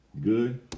Good